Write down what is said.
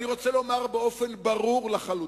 אני רוצה לומר באופן ברור לחלוטין: